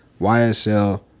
YSL